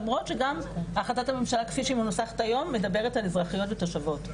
למרות שגם החלטת הממשלה כפי שהיא מנוסחת היום מדברת על אזרחיות ותושבות.